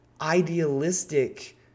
idealistic